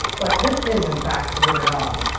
but, this is in fact later on,